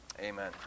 Amen